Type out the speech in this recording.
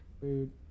food